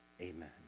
Amen